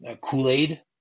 Kool-Aid